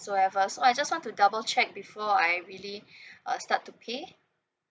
so I have a oh I just want to double check before I really uh start to pay